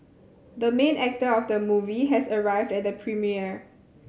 the main actor of the movie has arrived at the premiere